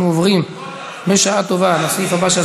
אנחנו עוברים בשעה טובה לסעיף הבא שעל